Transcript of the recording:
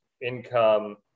income